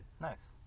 Nice